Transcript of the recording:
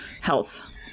health